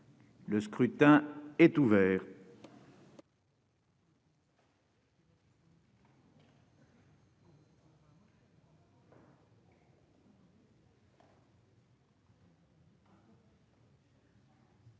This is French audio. Le scrutin est ouvert.